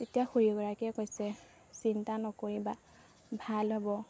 তেতিয়া খুৰীগৰাকীয়ে কৈছে চিন্তা নকৰিবা ভাল হ'ব